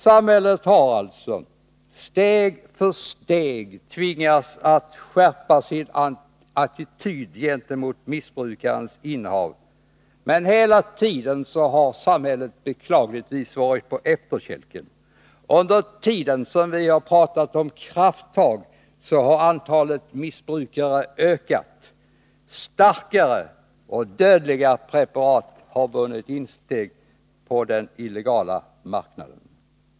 Samhället har alltså steg för steg tvingats att skärpa sin attityd gentemot missbrukarens innehav. Men hela tiden har samhället beklagligtvis varit på efterkälken. Under tiden som vi har pratat om krafttag har antalet missbrukare ökat, har starkare och dödliga preparat vunnit insteg på den illegala marknaden.